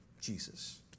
Jesus